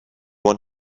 want